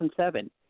2007